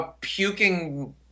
puking